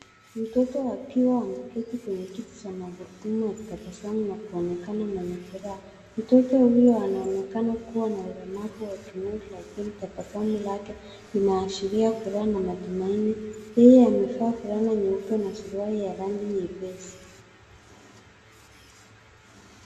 Mtoto akiwa ameketi kwenye kiti cha magurudumu akitabasamu na kuonekana mwenye furaha. Mtoto huyu anaoneka kuwa na ulemavu wa kimwili lakini tabasamu lake linaashiria furaha na matumaini. Yeye amevaa fulana nyeupe na suruali ya rangi nyepesi.